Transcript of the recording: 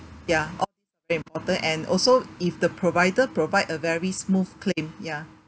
ya all very important and also if the provider provide a very smooth claim ya